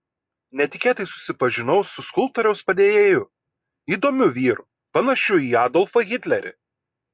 netikėtai susipažinau su skulptoriaus padėjėju įdomiu vyru panašiu į adolfą hitlerį